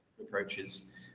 approaches